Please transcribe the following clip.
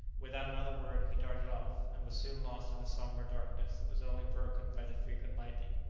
without another word, he darted off, and was soon lost in the sombre darkness that was only broken by the frequent lightning.